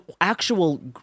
actual